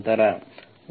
ನಂತರ y dydxdZdx